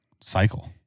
cycle